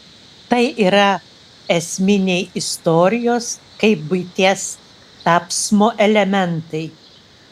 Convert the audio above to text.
tai yra esminiai istorijos kaip buities tapsmo elementai